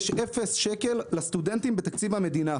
יש אפס שקלים לסטודנטים בתקציב המדינה.